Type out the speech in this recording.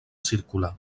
circular